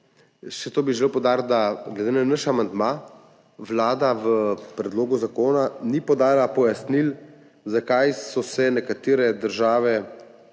Še to bi želel poudariti, da glede na naš amandma Vlada v predlogu zakona ni podala pojasnil, zakaj se nekatere druge